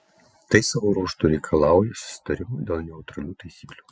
tai savo ruožtu reikalauja susitarimo dėl neutralių taisyklių